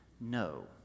No